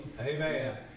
Amen